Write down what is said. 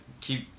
keep